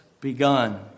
begun